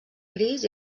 gris